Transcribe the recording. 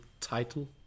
title